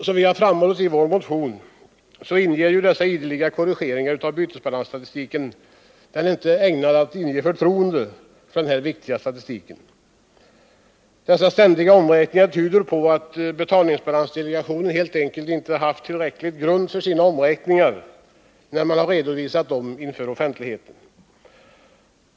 Som vi framhållit i vår motion är dessa ideliga korrigeringar av bytesbalansstatistiken inte ägnade att inge förtroende för denna viktiga statistik. Dessa ständiga omräkningar tyder på att betalningsbalansdelegationen helt enkelt saknat tillräcklig grund för sina omräkningar, när man redovisat dem inför offentligheten.